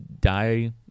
die